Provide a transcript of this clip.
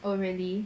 oh really